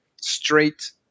straight